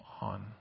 on